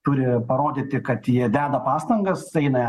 turi parodyti kad jie deda pastangas eina